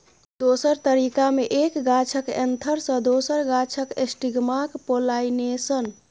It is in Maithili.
दोसर तरीका मे एक गाछक एन्थर सँ दोसर गाछक स्टिगमाक पोलाइनेशन